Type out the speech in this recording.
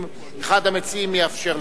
אם אחד המציעים יאפשר לך.